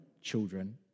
children